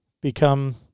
become